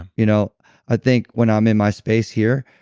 you know i think when i'm in my space here,